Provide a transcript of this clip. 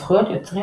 זכויות יוצרים